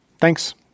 Thanks